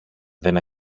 δεν